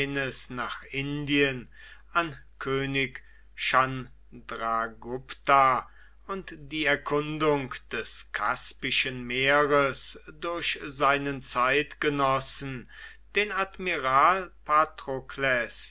nach indien an könig tschandragupta und die erkundung des kaspischen meeres durch seinen zeitgenossen den admiral